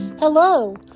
Hello